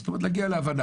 זאת אומרת, להגיע להבנה.